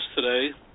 today